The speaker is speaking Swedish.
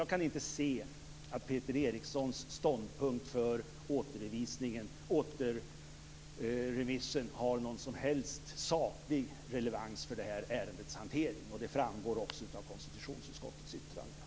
Jag kan inte se att Peter Erikssons ståndpunkt för återremiss har någon som helst saklig relevans för det här ärendets hantering. Det framgår också av konstitutionsutskottets yttrande.